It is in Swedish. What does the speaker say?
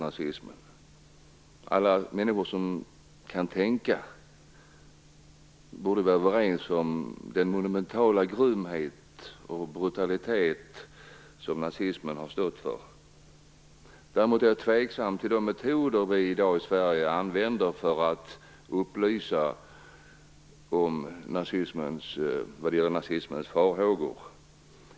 Alla människor som kan tänka borde vara överens om den monumentala grymhet och brutalitet som nazismen har stått för. Däremot är jag tveksam till de metoder som vi i dagens Sverige använder för att upplysa om farhågorna beträffande nazismen.